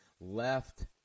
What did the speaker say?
Left